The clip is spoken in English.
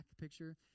picture